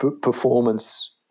performance